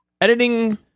Editing